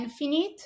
Infinite